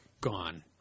gone